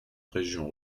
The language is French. région